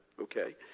Okay